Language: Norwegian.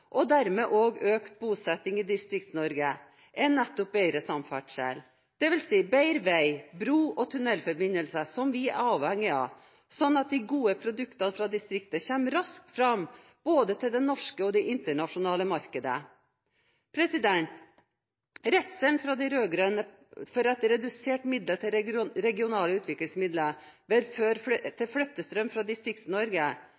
og dermed også økt bosetting i Distrikts-Norge er nettopp bedre samferdsel. Det vil si bedre vei-, bro- og tunnelforbindelser, som vi er avhengige av, slik at de gode produktene fra distriktet kommer raskt fram, både til det norske og det internasjonale markedet. Redselen hos de rød-grønne er at reduserte midler til